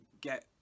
get